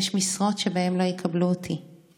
יש / משרות שבהן לא יקבלו אותי /